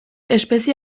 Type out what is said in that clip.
espezie